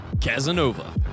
casanova